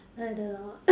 I don't know